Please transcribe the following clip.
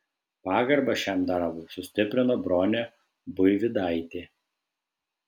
pagarbą šiam darbui sustiprino bronė buivydaitė